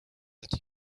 that